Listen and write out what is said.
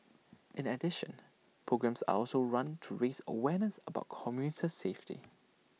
in addition programmes are also run to raise awareness about commuter safety